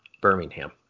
Birmingham